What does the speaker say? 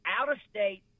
out-of-state